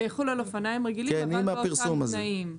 זה יחול על אופניים רגילים אבל באותם תנאים.